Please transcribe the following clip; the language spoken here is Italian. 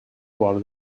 ruolo